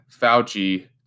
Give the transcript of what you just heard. Fauci